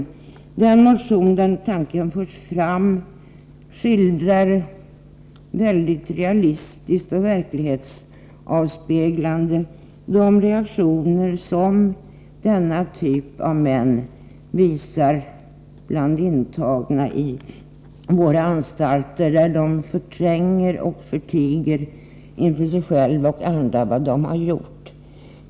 I den motion där tanken förs fram skildras mycket realistiskt reaktionerna hos denna typ av män bland de intagna på våra anstalter. De förtränger och förtiger inför sig själv och andra vad de har gjort.